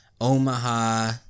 Omaha